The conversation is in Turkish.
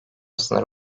sınır